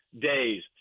days